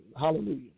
Hallelujah